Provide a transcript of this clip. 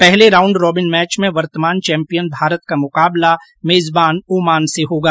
पहले round robin match में वर्तमान चैम्पियन भारत का मुकाबला मेजबान ओमान से होगा